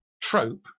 trope